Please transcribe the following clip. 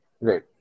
Right